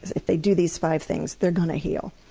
if they do these five things, they're going to heal.